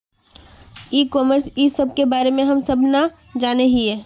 ई commerce इस सब के बारे हम सब ना जाने हीये?